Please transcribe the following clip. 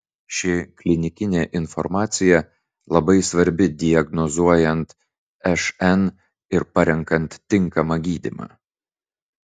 ši klinikinė informacija labai svarbi diagnozuojant šn ir parenkant tinkamą gydymą